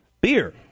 beer